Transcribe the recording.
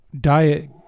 diet